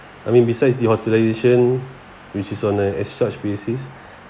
I mean besides the hospitalization which is on the extra species